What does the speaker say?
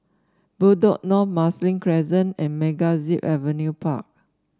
Bedok North Marsiling Crescent and MegaZip Adventure Park